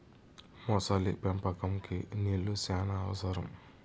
మొసలి పెంపకంకి నీళ్లు శ్యానా అవసరం